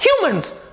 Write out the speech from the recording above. humans